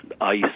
ice